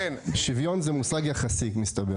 שוויון זה מושג יחסי, מסתבר.